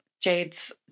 Jade's